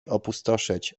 opustoszeć